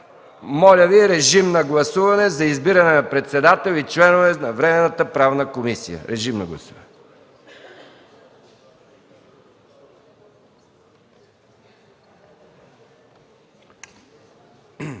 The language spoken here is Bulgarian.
Моля Ви, режим на гласуване за избиране на председател и членове на Временната правна комисия. Гласували